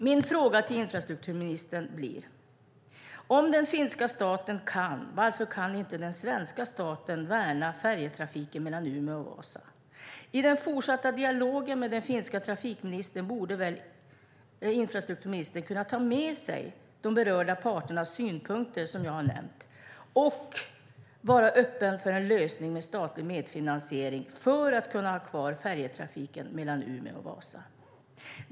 Min fråga till infrastrukturministern blir: Om den finska staten kan värna färjetrafiken mellan Umeå och Vasa, varför kan då inte den svenska staten göra det? I den fortsatta dialogen med den finska trafikministern borde infrastrukturministern kunna ta med sig de berörda parternas synpunkter som jag har nämnt och vara öppen för en lösning med statlig medfinansiering för att man ska kunna ha kvar färjetrafiken mellan Umeå och Vasa.